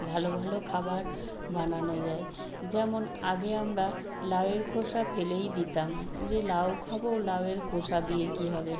ভালো ভালো খাবার বানানো যায় যেমন আগে আমরা লাউয়ের খোসা ফেলেই দিতাম যে লাউ খাব লাউয়ের খোসা দিয়ে কী হবে